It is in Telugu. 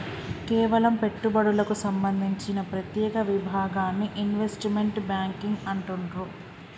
కేవలం పెట్టుబడులకు సంబంధించిన ప్రత్యేక విభాగాన్ని ఇన్వెస్ట్మెంట్ బ్యేంకింగ్ అంటుండ్రు